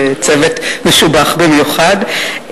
בצוות משובח במיוחד,